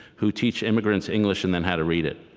who teach immigrants english and then how to read it.